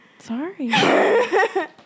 Sorry